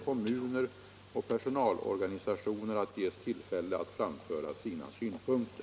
kommuner och personalorganisationer att ges tillfälle att framföra sina synpunkter.